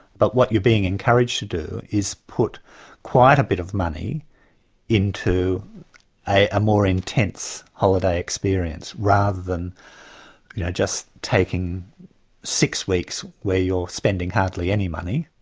but what you're being encouraged to do is put quite a bit of money into a more intense holiday experience, rather than you know just taking six weeks where you're spending hardly any money,